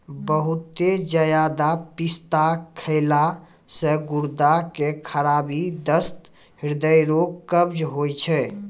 बहुते ज्यादा पिस्ता खैला से गुर्दा के खराबी, दस्त, हृदय रोग, कब्ज होय छै